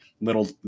little